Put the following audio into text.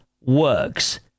works